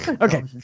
Okay